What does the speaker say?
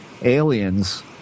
aliens